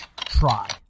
try